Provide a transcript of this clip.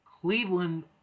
Cleveland